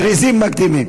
זריזים מקדימים.